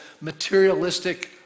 materialistic